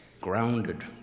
grounded